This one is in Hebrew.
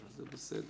אז זה בסדר.